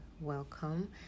welcome